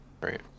Right